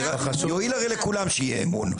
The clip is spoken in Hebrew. הרי יועיל לכולם שיהיה אמון.